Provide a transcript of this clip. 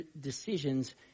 decisions